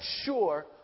sure